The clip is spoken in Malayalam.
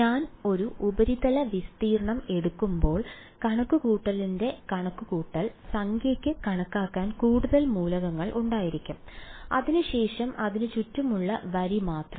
ഞാൻ ഒരു ഉപരിതല വിസ്തീർണ്ണം എടുക്കുമ്പോൾ കണക്കുകൂട്ടലിന്റെ കണക്കുകൂട്ടൽ സംഖ്യയ്ക്ക് കണക്കാക്കാൻ കൂടുതൽ മൂലകങ്ങൾ ഉണ്ടായിരിക്കും അതിനുശേഷം അതിന് ചുറ്റുമുള്ള വരി മാത്രം